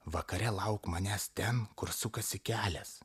vakare lauk manęs ten kur sukasi kelias